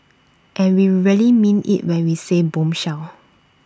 and we really mean IT when we said bombshell